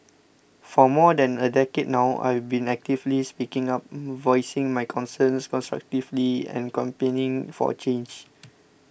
for more than a decade now I've been actively speaking up voicing my concerns constructively and campaigning for change